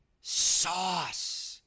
Sauce